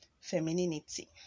femininity